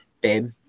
babe